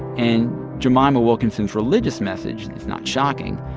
and jemima wilkinson's religious message, if not shocking,